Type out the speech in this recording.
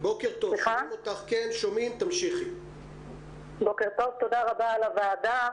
תודה רבה לוועדה,